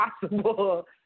possible